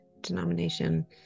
denomination